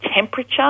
temperature